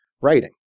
writing